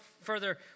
further